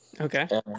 Okay